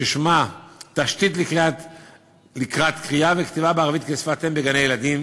ששמה "תשתית לקראת קריאה וכתיבה בערבית כשפת אם בגני-ילדים",